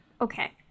okay